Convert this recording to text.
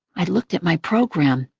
i looked at my program.